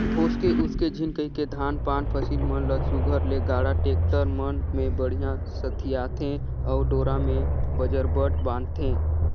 भोसके उसके झिन कहिके धान पान फसिल मन ल सुग्घर ले गाड़ा, टेक्टर मन मे बड़िहा सथियाथे अउ डोरा मे बजरबट बांधथे